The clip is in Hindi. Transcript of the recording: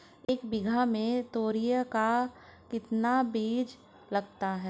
एक बीघा में तोरियां का कितना बीज लगता है?